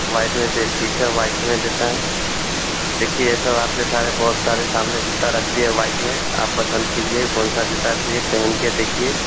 white में चहिए ठीक है व्हाइट में देते हैं देखिए ये सब आपके सारे बहुत सारे सामने जूता रख दिए व्हाइट में आप पसंद कीजिए कौनसा जूता चाहिए पहनके देखिए